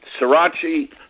sriracha